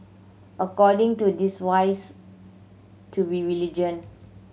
according to this wise to be vigilant